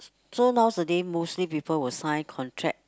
so nowadays mostly people will sign contract